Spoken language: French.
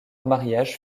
mariage